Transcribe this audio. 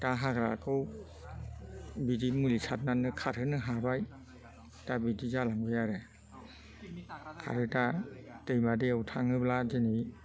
दा हाग्राखौ बिदिनो मुलि सारनानै खारहोनो हाबाय दा बिदि जालांबाय आरो आरो दा दैमा दैआव थाङोब्ला दिनै